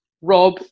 Rob